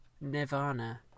Nirvana